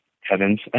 heavens